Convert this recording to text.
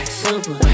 super